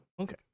okay